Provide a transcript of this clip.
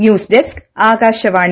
news desk Akashvani